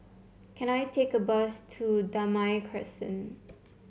can I take a bus to Damai Crescent